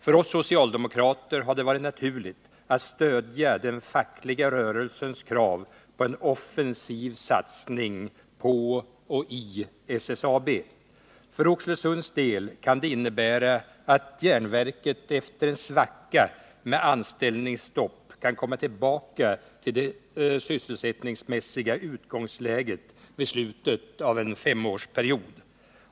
För oss socialdemokrater har det varit naturligt att stödja den fackliga rörelsens krav på en offensiv satsning på och i SSAB. För Oxelösunds del kan det innebära att järnverket efter en svacka med anställningsstopp kan komma tillbaka till det sysselsättningsmässiga utgångsläget vid slutet av en femårsperiod.